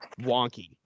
wonky